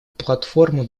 платформу